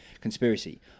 conspiracy